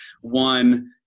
One